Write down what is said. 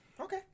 Okay